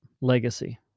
legacy